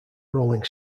rolling